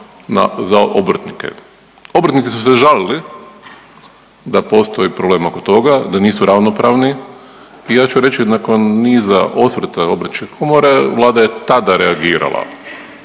za obrtnike. Obrtnici su se žalili da postoji problem oko toga, da nisu ravnopravni i ja ću reći nakon niza osvrta obrtničke komore Vlada je tada reagirala,